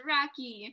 Rocky